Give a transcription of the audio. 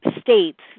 states